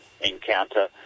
encounter